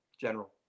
general